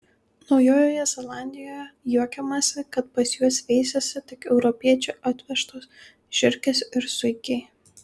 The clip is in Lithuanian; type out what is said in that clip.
naujojoje zelandijoje juokiamasi kad pas juos veisiasi tik europiečių atvežtos žiurkės ir zuikiai